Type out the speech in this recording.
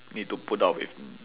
need to put up with